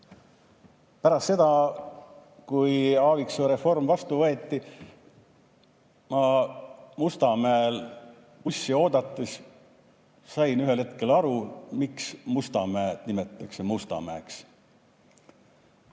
Pärast seda, kui Aaviksoo reform vastu võeti, ma Mustamäel bussi oodates sain ühel hetkel aru, miks Mustamäed nimetatakse Mustamäeks.